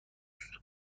است